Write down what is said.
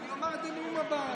אני אומר את זה בנאום הבא.